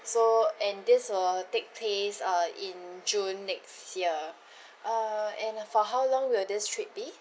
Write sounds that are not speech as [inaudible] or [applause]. so and this will take place uh in june next year [breath] uh and for how long will this trip be